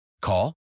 Call